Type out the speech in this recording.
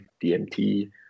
DMT